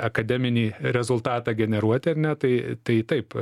akademinį rezultatą generuoti ar ne tai tai taip